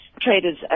traders